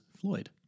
Floyd